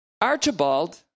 Archibald